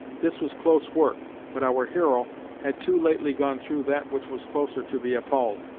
this was close work, but our hero had too lately gone through that which was closer to be appalled.